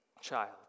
child